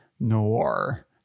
noir